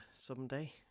Someday